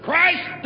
Christ